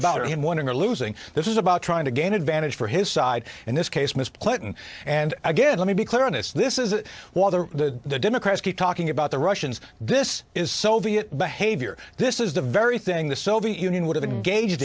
one or losing this is about trying to gain advantage for his side in this case mr clinton and again let me be clear on this this is why the democrats keep talking about the russians this is soviet behavior this is the very thing the soviet union would have engaged